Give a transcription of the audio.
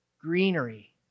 greenery